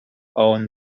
own